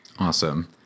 Awesome